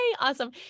Awesome